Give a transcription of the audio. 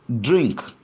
drink